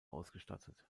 ausgestattet